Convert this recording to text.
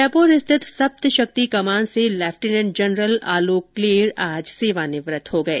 जयपुर स्थित सप्त शक्ति कमान से लेफ्टिनेंट जनरल आलोक क्लेर आज सेवानिवृत हो गए